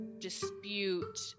dispute